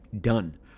done